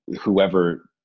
whoever